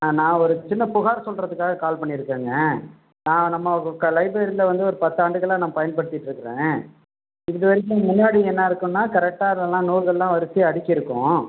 நான் ஒரு சின்னப் புகார் சொல்கிறதுக்காக கால் பண்ணியிருக்கேங்க நான் நம்ம க லைப்ரரியில் வந்து ஒரு பத்தாண்டுகளாக நான் பயன்படுத்திட்டிருக்குறேன் இது வரைக்கும் முன்னாடி என்ன இருக்குன்னால் கரெக்டாக அதெல்லாம் நூல்கள்லாம் வரிசையாக அடிக்கியிருக்கும்